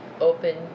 open